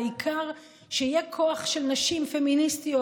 העיקר שיהיה כוח של נשים פמיניסטיות